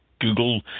Google